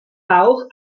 bauch